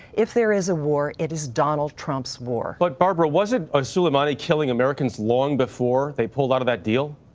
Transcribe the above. if there is a war, it is donald trump's war. but, barbara wasn't ah soleimani killing americans long before they pulled out of that deal?